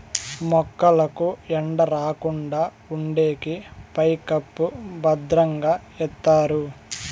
మొక్కలకు ఎండ రాకుండా ఉండేకి పైకప్పు భద్రంగా ఎత్తారు